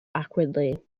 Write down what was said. awkwardly